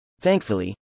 Thankfully